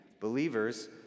believers